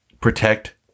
protect